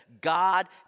God